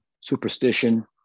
superstition